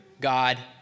God